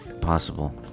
possible